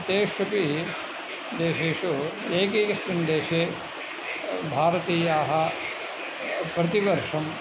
तेष्वपि देशेषु एकैकस्मिन् देशे भारतीयाः प्रतिवर्षं